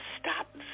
stop